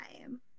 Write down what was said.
time